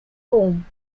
home